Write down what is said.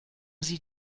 sie